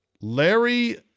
Larry